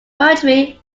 poetry